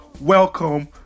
welcome